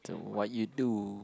the what you do